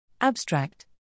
abstract